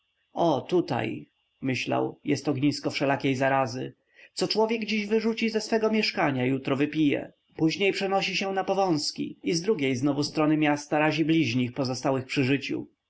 o tutaj myślał jest ognisko wszelkiej zarazy co człowiek dziś wyrzuci ze swego mieszkania jutro wypije później przenosi się na powązki i z drugiej znowu strony miasta razi bliźnich pozostałych